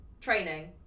Training